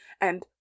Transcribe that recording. and